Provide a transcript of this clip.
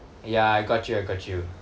ya I got you I got you